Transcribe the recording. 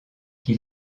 qui